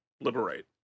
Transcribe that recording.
liberate